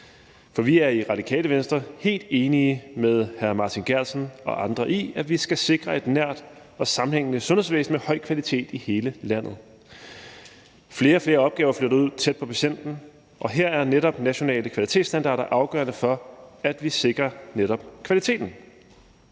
for vi er i Radikale Venstre helt enige med hr. Martin Geertsen og andre i, at vi skal sikre et nært og sammenhængende sundhedsvæsen med høj kvalitet i hele landet. Flere og flere opgaver er flyttet ud tæt på patienten, og her er netop nationale kvalitetsstandarder afgørende for, at vi sikrer netop kvaliteten.